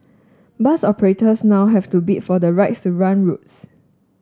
bus operators now have to bid for the rights to run routes